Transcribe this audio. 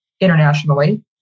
internationally